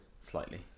Slightly